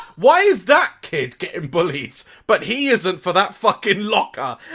why is that kid getting bullied but he isn't for that fucking locker